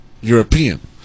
European